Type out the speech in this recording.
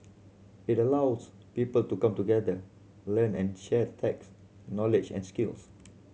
it allows people to come together learn and shares tech knowledge and skills